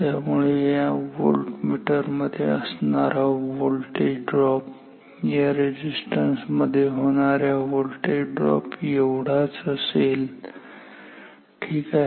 त्यामुळे या व्होल्टमीटर मध्ये असणारा व्होल्टेज ड्रॉप या रेझिस्टन्स मध्ये होणाऱ्या व्होल्टेज ड्रॉप एवढाच असेल ठीक आहे